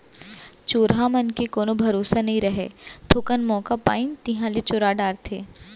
चोरहा मन के कोनो भरोसा नइ रहय, थोकन मौका पाइन तिहॉं ले चोरा डारथें